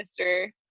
Mr